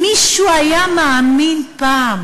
מישהו היה מאמין פעם